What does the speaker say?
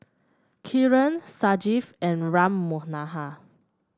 Kiran Sanjeev and Ram Manohar